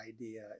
idea